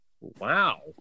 Wow